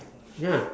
ya